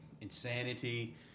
insanity